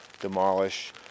demolish